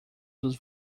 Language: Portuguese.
dos